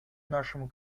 нашему